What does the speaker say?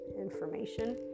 information